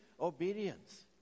obedience